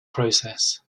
process